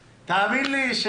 תאמין לי ש